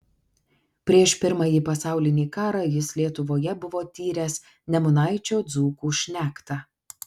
prieš pirmąjį pasaulinį karą jis lietuvoje buvo tyręs nemunaičio dzūkų šnektą